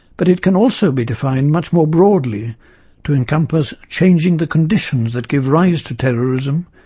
but it can also be defined much more broadly to encompass changing the conditions that give rise to terrorism,